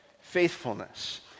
Faithfulness